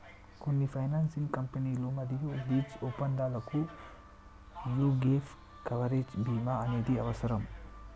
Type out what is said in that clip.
కొన్ని ఫైనాన్సింగ్ కంపెనీలు మరియు లీజు ఒప్పందాలకు యీ గ్యేప్ కవరేజ్ బీమా అనేది అవసరం